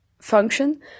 function